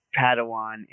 Padawan